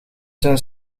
zijn